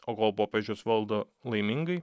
o kol popiežius valdo laimingai